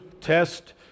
test